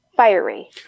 Fiery